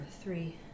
three